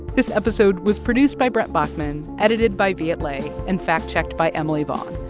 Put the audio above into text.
this episode was produced by brent baughman, edited by viet le and fact-checked by emily vaughn.